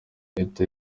leta